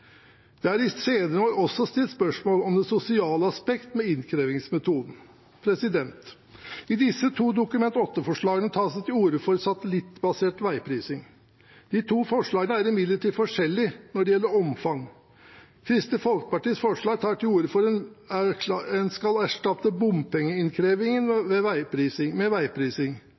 Det er i senere år også stilt spørsmål om det sosiale aspektet ved innkrevingsmetoden. I disse to Dokument 8-forslagene tas det til orde for satellittbasert veiprising. De to forslagene er imidlertid forskjellige når det gjelder omfang. Kristelig Folkepartis forslag tar til orde for at en skal erstatte bompengeinnkrevingen med veiprising. Arbeiderpartiet tar til orde for at også innkreving av andre driftsrelaterte bilavgifter skal skje ved veiprising.